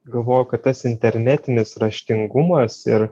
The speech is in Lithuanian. galvoju kad tas internetinis raštingumas ir